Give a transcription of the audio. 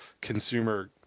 consumer